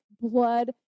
blood